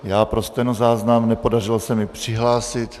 Já pro stenozáznam nepodařilo se mi přihlásit.